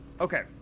Okay